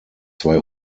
zwei